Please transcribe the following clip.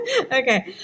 Okay